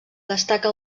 destaca